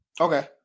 Okay